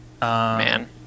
man